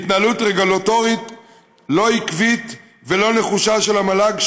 התנהלות רגולטורית לא עקבית ולא נחושה של המל"ג,